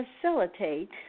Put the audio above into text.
facilitate